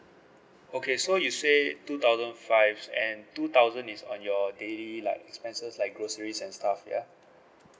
okay so you say two thousand fives and two thousand is on your daily like expenses like groceries and stuff ya